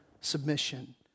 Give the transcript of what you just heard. submission